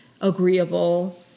agreeable